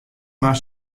mar